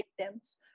victims